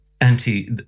anti